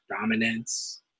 dominance